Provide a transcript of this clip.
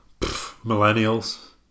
millennials